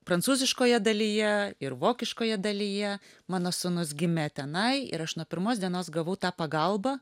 prancūziškoje dalyje ir vokiškoje dalyje mano sūnus gimė tenai ir aš nuo pirmos dienos gavau tą pagalbą